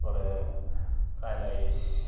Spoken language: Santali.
ᱛᱟᱨᱯᱚᱨᱮ ᱯᱷᱨᱟᱭ ᱨᱟᱭᱤᱥ